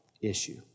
issue